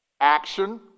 Action